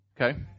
Okay